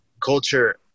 culture